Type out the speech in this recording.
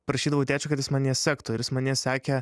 prašydavau tėčio kad jis man jas sektų ir jis man jas sekė